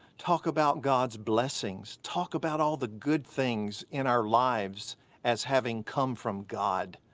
talk about god's blessings. talk about all the good things in our lives as having come from god.